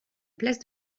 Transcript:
place